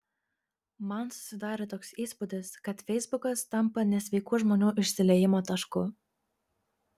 man susidarė toks įspūdis kad feisbukas tampa nesveikų žmonių išsiliejimo tašku